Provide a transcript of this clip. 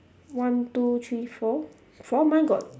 one two three four four mine got